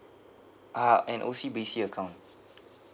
ah an O_C_B_C account